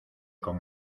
con